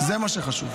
זה מה שחשוב.